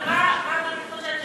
אבל מה אדוני חושב,